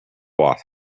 off